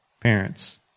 parents